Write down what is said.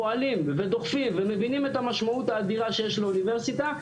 פועלים ודוחפים ומבינים את המשמעות האדירה שיש לאוניברסיטה,